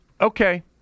okay